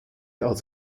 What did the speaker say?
als